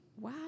Wow